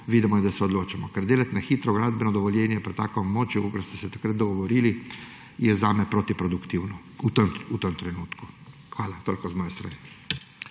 vidimo in da se odločimo. Delati na hitro gradbeno dovoljenje pri takem območju, kakor ste se takrat dogovorili, je zame kontraproduktivno v tem trenutku. Hvala, toliko z moje strani.